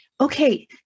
okay